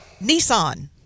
Nissan